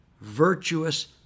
virtuous